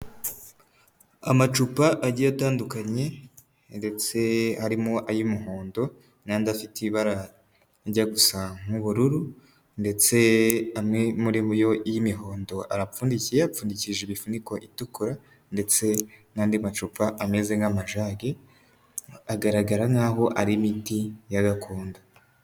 Amacupa agiye atandukanya ndetse harimo ay'umuhondo n'andi afite ibara rijya gusa nk'ubururu ndetse amwe muri yo y'imihondo arapfundikiye apfundikishije imifuniko itukura ndetse n'andi macupa ameze nk'amajage, agaragara nkaho ari imiti ya gakondo.